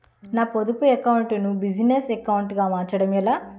నా పొదుపు అకౌంట్ నీ బిజినెస్ అకౌంట్ గా మార్చడం ఎలా?